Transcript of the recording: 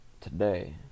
today